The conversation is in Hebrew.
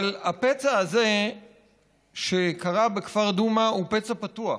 אבל הפצע הזה שקרה בכפר דומא הוא פצע פתוח,